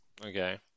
Okay